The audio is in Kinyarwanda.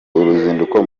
uruzinduko